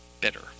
bitter